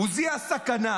הוא זיהה סכנה,